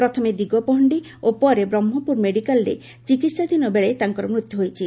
ପ୍ରଥମେ ଦିଗପହଖି ଓ ପରେ ବ୍ରହ୍କପୁର ମେଡିକାଲରେ ଚିକିହାଧୀନ ବେଳେ ତାଙ୍କର ମୃତ୍ୟୁ ହୋଇଛି